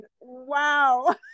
Wow